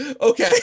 Okay